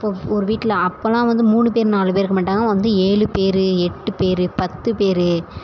இப்போ ஒரு வீட்டில் அப்போல்லாம் வந்து மூணு பேர் நாலு பேர் இருக்க மாட்டாங்க வந்து ஏழு பேர் எட்டு பேர் பத்து பேர்